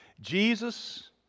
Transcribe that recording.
Jesus